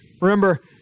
Remember